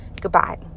Goodbye